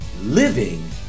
living